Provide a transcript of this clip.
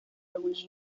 algunas